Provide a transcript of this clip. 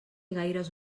gaires